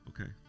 Okay